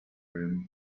room